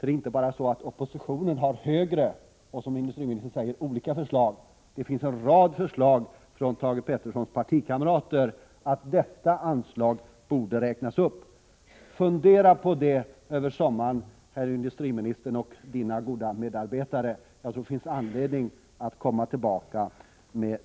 Det är inte bara oppositionen som har olika förslag och förslag som leder till större anslag. Det finns även en rad förslag från Thage Petersons partikamrater om att detta anslag borde räknas upp. Jag råder industriministern och hans goda medarbetare att fundera på detta över sommaren. Jag tror att det finns anledning att återkomma till detta.